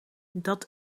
dat